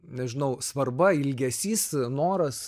nežinau svarba ilgesys noras